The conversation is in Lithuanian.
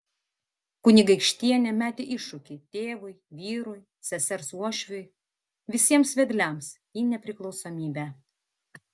kunigaikštienė metė iššūkį tėvui vyrui sesers uošviui visiems vedliams į nepriklausomybę